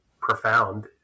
profound